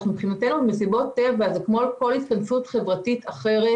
מבחינתנו מסיבות הטבע הן כמו כל התכנסות חברתית אחרת